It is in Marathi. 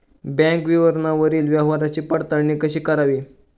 बँक विवरणावरील व्यवहाराची पडताळणी कशी करावी?